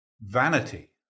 vanity